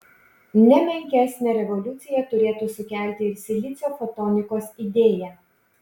ne menkesnę revoliuciją turėtų sukelti ir silicio fotonikos idėja